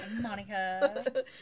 Monica